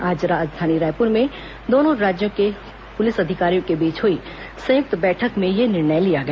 आज राजधानी रायपुर में दोनों राज्यों के पुलिस अधिकारियों के बीच हुई संयुक्त बैठक में यह निर्णय लिया गया